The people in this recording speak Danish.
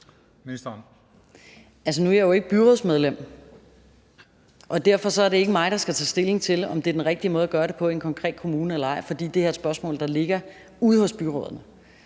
nu er jeg jo ikke byrådsmedlem, og derfor er det ikke mig, der skal tage stilling til, om det er den rigtige måde gøre det på i en konkret kommune eller ej, for det her er et spørgsmål, der ligger ude hos byrådene.